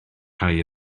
cae